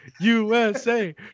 USA